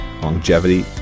longevity